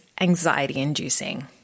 anxiety-inducing